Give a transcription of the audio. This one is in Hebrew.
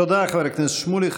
תודה, חבר הכנסת שמולי.